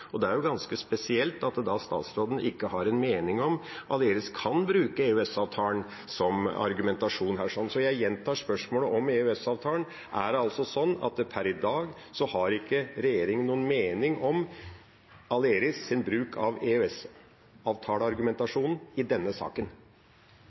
Det er ganske spesielt at statsråden ikke har en mening om Aleris kan bruke EØS-avtalen som argumentasjon. Så jeg gjentar spørsmålet: Er det sånn at regjeringa per i dag ikke har noen mening om Aleris’ bruk av